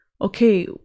okay